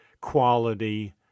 quality